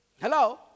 Hello